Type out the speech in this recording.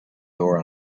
door